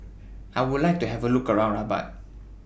I Would like to Have A Look around Rabat